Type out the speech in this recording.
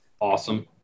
awesome